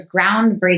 groundbreaking